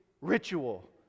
ritual